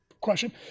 question